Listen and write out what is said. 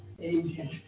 Amen